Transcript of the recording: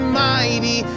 mighty